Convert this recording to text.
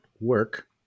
work